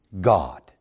God